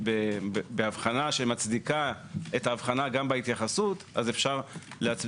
ללא נתונים כאלה יהיה קשה להסביר לבעל העסק למה